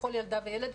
לכל ילדה וילד,